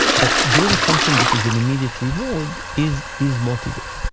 but doing something that is an immediate reward is is motivating.